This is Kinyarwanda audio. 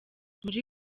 muri